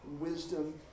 wisdom